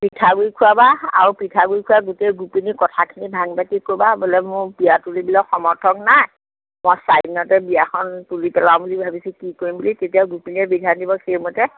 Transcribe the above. পিঠাগুৰি খুৱাবা আৰু পিঠাগুৰি খোৱাই গোটেই গোপিনীৰ মাজতে কথাখিনি ভাঙি পাতি ক'বা বোলে মোৰ বিয়া তুলিবলৈ সমৰ্থ নাই বা চাৰি দিনতে বিয়াখন তুলি পেলাওঁ বুলি ভাবিছোঁ কি কৰিম বুলি তেতিয়া গোপিনীয়ে বিধান দিব সেই মতে